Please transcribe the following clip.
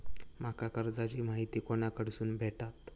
माका कर्जाची माहिती कोणाकडसून भेटात?